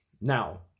Now